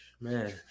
man